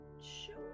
Sure